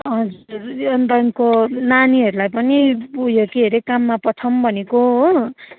हजुर नानीहरूलाई पनि उयो के अरे काममा पठाऊँ भनेको हो